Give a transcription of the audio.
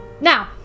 Now